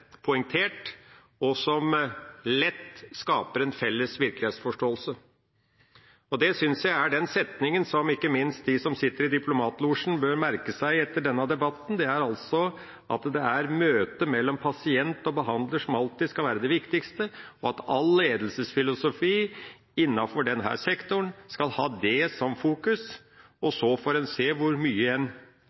poengtert, og som lett skaper en felles virkelighetsforståelse. Jeg synes den setningen som ikke minst de som sitter i diplomatlosjen, bør merke seg etter denne debatten, er at det er møtet mellom pasient og behandler som alltid skal være det viktigste, og at all ledelsesfilosofi innenfor denne sektoren skal ha det som fokus. Så får en se hvor mye